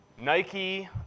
Nike